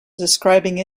describing